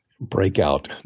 breakout